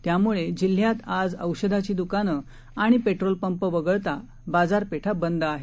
त्यामुळे जिल्ह्यात आज औषधाची दुकानं आणि पेट्रोल पंप वगळता बाजारपेठा बंद आहेत